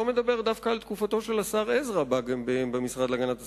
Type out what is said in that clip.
לא מדבר דווקא על תקופתו של השר עזרא במשרד להגנת הסביבה.